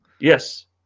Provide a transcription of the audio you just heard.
Yes